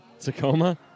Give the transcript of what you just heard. Tacoma